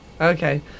Okay